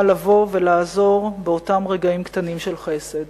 לבוא ולעזור באותם רגעים קטנים של חסד.